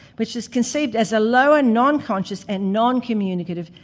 which is conceived as a lower, non-conscious, and non-communicative,